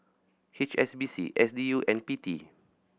H S B C S D U and P T